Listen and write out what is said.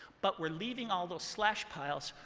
but we're leaving all those slash piles,